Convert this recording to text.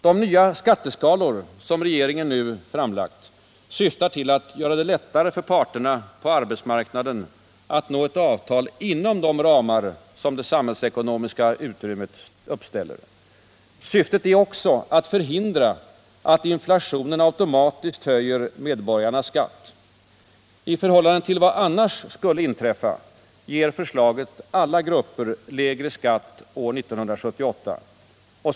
De nya skatteskalor som regeringen nu framlagt syftar till att underlätta för parterna på arbetsmarknaden att nå ett avtal inom de ramar som det samhällsekonomiska utrymmet uppställer. Syftet är också att förhindra att inflationen automatiskt höjer medborgarnas skatt. I förhållande till vad som annars skulle inträffa ger förslaget alla grupper lägre skatt år 1978.